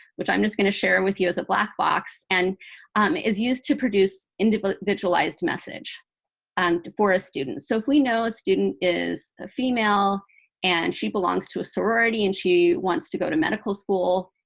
which i'm just going to share with you as a black box, and um is used to produce individualized message and for a student. so if we know a student is a female and she belongs to a sorority and she wants to go to medical school,